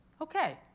Okay